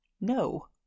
no